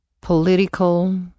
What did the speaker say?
political